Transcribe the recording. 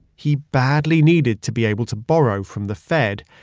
he badly needed to be able to borrow from the fed.